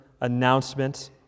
announcement